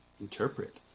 interpret